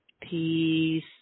peace